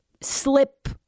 slip